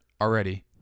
already